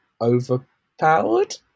overpowered